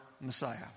Messiah